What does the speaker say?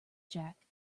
jack